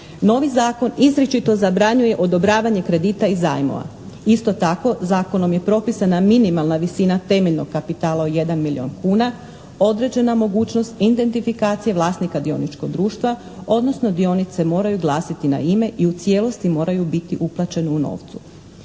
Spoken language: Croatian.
Novi zakon izričito zabranjuje odobravanje kredita i zajmova. Isto tako, zakonom je propisana minimalna visina temeljnog kapitala od 1 milijun kuna, određena mogućnost identifikacije vlasnika dioničkog društva odnosno dionice moraju glasiti na ime i u cijelosti moraju biti uplaćene u novcu.